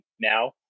now